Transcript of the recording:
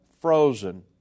frozen